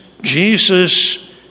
Jesus